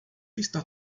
está